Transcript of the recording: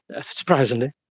surprisingly